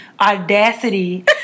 Audacity